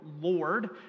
Lord